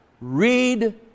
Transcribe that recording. read